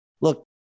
look